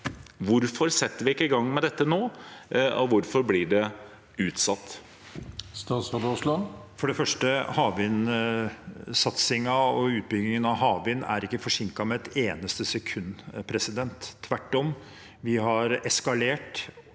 Hvorfor setter vi ikke i gang med dette nå, og hvorfor blir det utsatt? Statsråd Terje Aasland Først: Havvind- satsingen og utbyggingen av havvind er ikke forsinket med et eneste sekund – tvert om. Vi har eskalert,